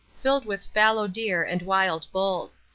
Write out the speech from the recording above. filled with fallow deer and wild bulls.